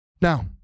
Now